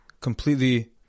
completely